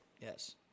yes